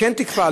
כן תיקפה,